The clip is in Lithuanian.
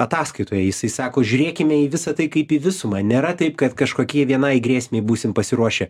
ataskaitoje jisai sako žiūrėkime į visa tai kaip į visumą nėra taip kad kažkokie vienai grėsmei būsim pasiruošę